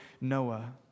Noah